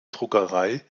druckerei